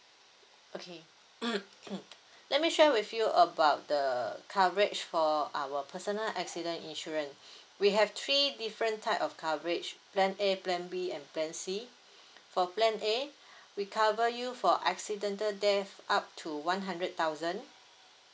okay mm let me share with you about the coverage for our personal accident insurance we have three different type of coverage plan A plan B and plan C for plan A we cover you for accidental death up to one hundred thousand